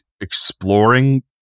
exploring